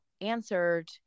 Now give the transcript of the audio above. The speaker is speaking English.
answered